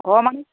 ঘৰ মানে